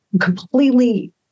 completely